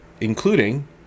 including